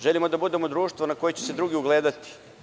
Želimo da budemo društvo na koje će se drugi ugledati.